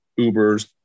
Ubers